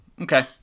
okay